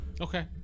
Okay